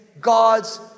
God's